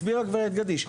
הסבירה הגב' גדיש,